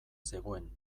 zegoen